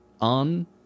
on